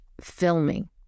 filming